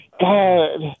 God